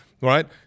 Right